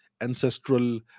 ancestral